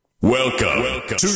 Welcome